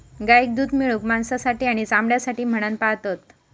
गाईक दूध मिळवूक, मांसासाठी आणि चामड्यासाठी म्हणान पाळतत